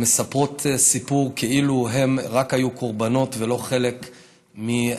הן מספרות סיפור כאילו הן רק היו קורבנות ולא חלק מהשואה.